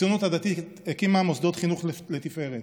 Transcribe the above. הציונות הדתית הקימה מוסדות חינוך לתפארת: